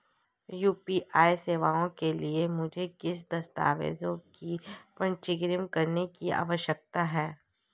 UPI सेवाओं के लिए हमें किन दस्तावेज़ों को पंजीकृत करने की आवश्यकता है?